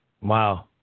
Wow